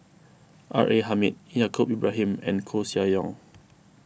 R A Hamid Yaacob Ibrahim and Koeh Sia Yong